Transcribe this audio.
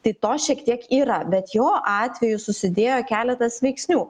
tai to šiek tiek yra bet jo atveju susidėjo keletas veiksnių